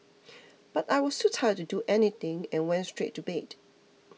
but I was too tired to do anything and went straight to bed